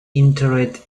interred